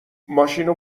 ماشینو